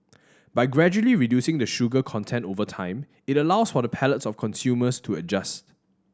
by gradually reducing the sugar content over time it allows for the palates of consumers to adjust